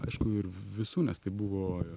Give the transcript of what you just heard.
aišku ir visų nes tai buvo ir